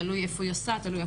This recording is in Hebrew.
תלוי איפה נעשים הטיפולים,